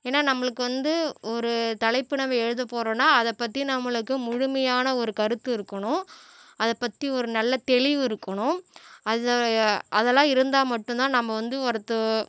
ஏன்னால் நம்மளுக்கு வந்து ஒரு தலைப்பு நம்ம எழுதப் போகிறோம்னா அதை பற்றி நம்மளுக்கு முழுமையான ஒரு கருத்து இருக்கணும் அதை பற்றி ஒரு நல்ல தெளிவு இருக்கணும் அது அதெல்லாம் இருந்தால் மட்டும் தான் நம்ம வந்து ஒருத்த